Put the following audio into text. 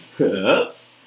Oops